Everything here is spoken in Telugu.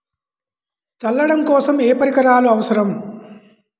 చల్లడం కోసం ఏ పరికరాలు అవసరం?